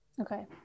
Okay